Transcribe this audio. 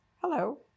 Hello